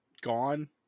gone